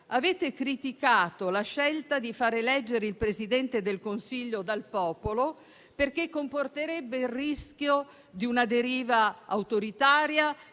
Avete criticato la scelta di far eleggere il Presidente del Consiglio dal popolo perché comporterebbe il rischio di una deriva autoritaria,